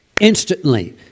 instantly